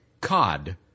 cod